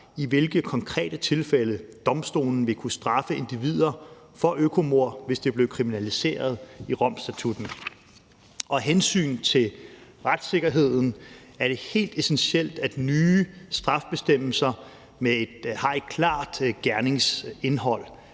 i hvilke konkrete tilfælde domstolen vil kunne straffe individer for økomord, hvis det blev kriminalitet i Romstatutten, og af hensyn til retssikkerheden er det helt essentielt, at nye strafbestemmelser har et klart gerningsindhold,